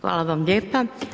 Hvala vam lijepa.